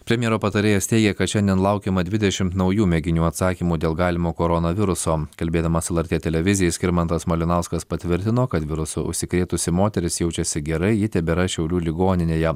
premjero patarėjas teigia kad šiandien laukiama dvidešimt naujų mėginių atsakymų dėl galimo koronaviruso kalbėdamas lrt televizijai skirmantas malinauskas patvirtino kad virusu užsikrėtusi moteris jaučiasi gerai ji tebėra šiaulių ligoninėje